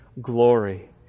glory